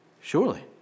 surely